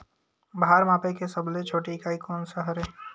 भार मापे के सबले छोटे इकाई कोन सा हरे?